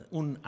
un